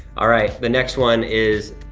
all right, the next one is,